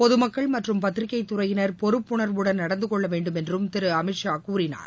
பொதுமக்கள் மற்றும் பத்திரிகை துறையினர் பொறுப்புணர்வுடன் நடந்து கொள்ள வேண்டும் என்றும் திரு அமித் ஷா கூறினார்